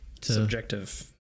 subjective